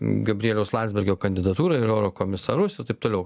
gabrieliaus landsbergio kandidatūrai į euro komisarus taip toliau